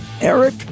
Eric